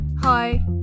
Hi